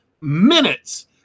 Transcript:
minutes